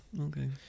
Okay